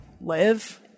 live